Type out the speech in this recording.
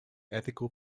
ethical